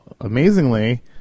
amazingly